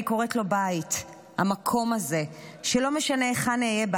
רק אבקש לציין שיום הנגב זה על כל הנגב,